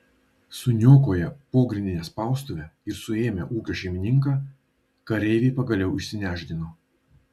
suniokoję pogrindinę spaustuvę ir suėmę ūkio šeimininką kareiviai pagaliau išsinešdino